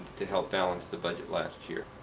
to help balance the budget last year.